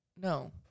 no